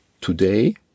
today